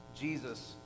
Jesus